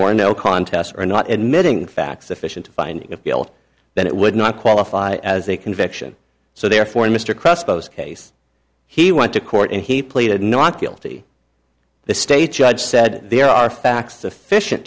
or no contest or not admitting facts sufficient a finding of guilt then it would not qualify as a conviction so therefore mr cross post case he went to court and he pleaded not guilty the state judge said there are facts sufficient